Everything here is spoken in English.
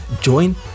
join